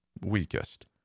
weakest